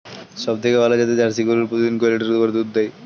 সবথেকে ভালো জাতের জার্সি গরু প্রতিদিন কয় লিটার করে দুধ দেয়?